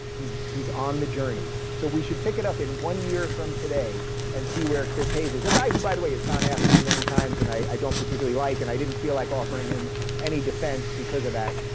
he's he's on the journey. so we should pick it up in one year from today and see where chris hayes is. a guy who, by the way, has gone after me many times and i don't particularly like, and i didn't feel like offering him any defense because of that,